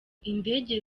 indege